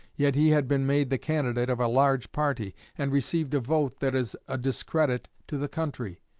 yet he had been made the candidate of a large party, and received a vote that is a discredit to the country.